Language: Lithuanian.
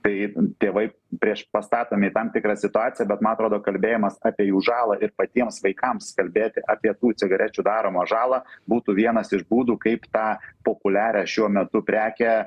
tai tėvai priešpastatomi į tam tikra situaciją bet man atrodo kalbėjimas apie jų žalą ir patiems vaikams kalbėti apie tų cigarečių daromą žalą būtų vienas iš būdų kaip tą populiarią šiuo metu prekę